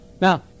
Now